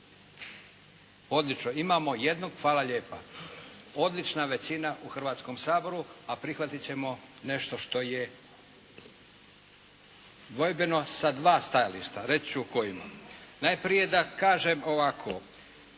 Odlično. Imamo jednog. Hvala lijepa. Odlična većina u Hrvatskom saboru, a prihvatiti ćemo nešto što je dvojbeno sa dva stajališta, reći ću o kojima. Najprije da kažem ovako.